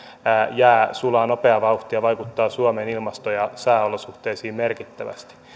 jää sulaa nopeaa vauhtia ja vaikuttaa suomen ilmasto ja sääolosuhteisiin merkittävästi